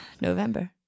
November